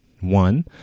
one